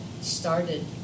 started